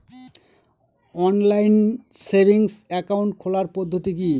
Online savings account খোলার পদ্ধতি কি?